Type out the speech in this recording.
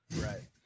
Right